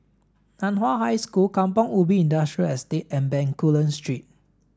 Nan Hua High School Kampong Ubi Industrial Estate and Bencoolen Street